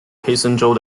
黑森州